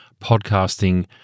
podcasting